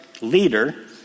leader